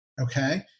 okay